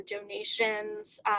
donations